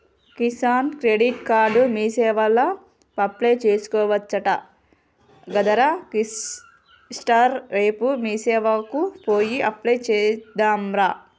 Kisan credit card మీసేవల apply చేసుకోవచ్చట గదరా కిషోర్ రేపు మీసేవకు పోయి అప్లై చెద్దాంరా